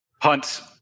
punts